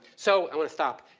so i wanna stop.